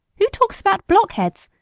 who talks about blockheads?